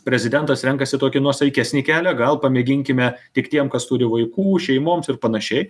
prezidentas renkasi tokį nuosaikesnį kelią gal pamėginkime tik tiem kas turi vaikų šeimoms ir panašiai